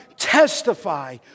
testify